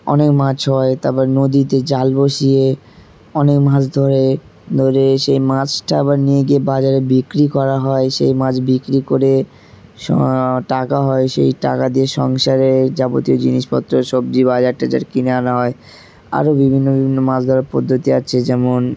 অনেক মাছ হয় তারপর নদীতে জাল বসিয়ে অনেক মাছ ধরে ধরে সেই মাছটা আবার নিয়ে গিয়ে বাজারে বিক্রি করা হয় সেই মাছ বিক্রি করে টাকা হয় সেই টাকা দিয়ে সংসারে যাবতীয় জিনিসপত্র সবজি বাজার টাজার কিনে আনা হয় আরও বিভিন্ন বিভিন্ন মাছ ধরার পদ্ধতি আছে যেমন